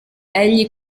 egli